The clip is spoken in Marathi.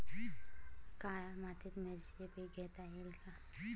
काळ्या मातीत मिरचीचे पीक घेता येईल का?